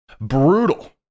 Brutal